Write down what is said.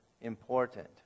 important